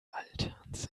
alterns